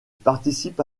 participe